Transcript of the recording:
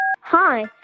Hi